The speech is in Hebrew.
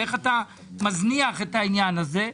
איך אתה מזניח את העניין הזה?